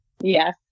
Yes